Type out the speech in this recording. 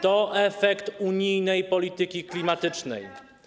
To efekt unijnej polityki klimatycznej.